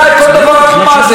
די, כל דבר אבו מאזן.